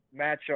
matchup